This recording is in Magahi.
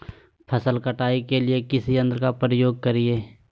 फसल कटाई के लिए किस यंत्र का प्रयोग करिये?